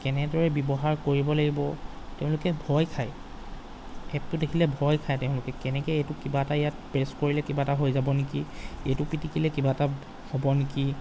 কেনেদৰে ব্যৱহাৰ কৰিব লাগিব তেওঁলোকে ভয় খায় এপটো দেখিলে ভয় খায় তেওঁলোকে কেনেকৈ এইটো কিবা এটা ইয়াত পেষ্ট কৰিলে কিবা এটা হৈ যাব নেকি এইটো পিতিকিলে কিবা এটা হ'ব নেকি